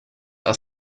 are